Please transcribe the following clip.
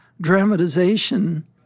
dramatization